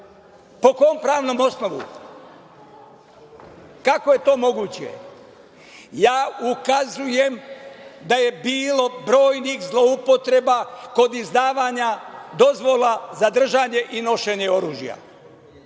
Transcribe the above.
Po kom pravnom osnovu? Kako je to moguće? Ukazujem da je bilo brojnih zloupotreba kod izdavanja dozvola za držanje i nošenje oružja.